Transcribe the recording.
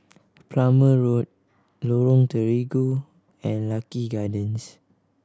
Plumer Road Lorong Terigu and Lucky Gardens